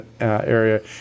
area